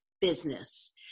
business